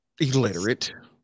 illiterate